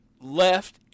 left